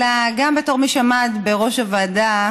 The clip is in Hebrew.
אלא גם בתור מי שעמד בראש הוועדה